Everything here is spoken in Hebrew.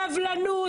סבלנות.